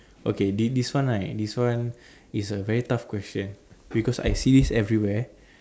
okay this this one right this one is a very tough question because i see this everywhere